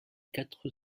quatre